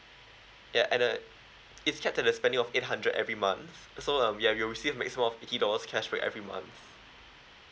ya and the it cap to the spending of eight hundred every month so um yeuh we'll see makes more of fifty dollars cashback every month